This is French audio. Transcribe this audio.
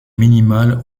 minimale